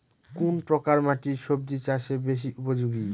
কোন প্রকার মাটি সবজি চাষে বেশি উপযোগী?